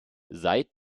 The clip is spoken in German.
seit